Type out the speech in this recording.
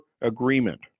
agreement